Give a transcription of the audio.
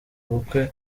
ubukwe